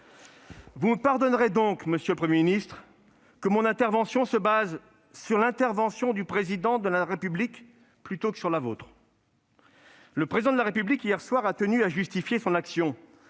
Vous me pardonnerez donc, monsieur le Premier ministre, que mon intervention se fonde sur l'intervention du Président de la République plutôt que sur la vôtre. Le Président de la République, hier soir, a tenu à justifier son action